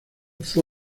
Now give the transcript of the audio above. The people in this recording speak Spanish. fue